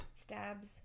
stabs